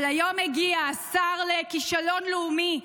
אבל היום הגיע השר לכישלון לאומי,